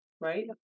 right